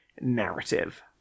narrative